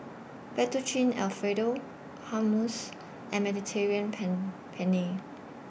Fettuccine Alfredo Hummus and Mediterranean Pen Penne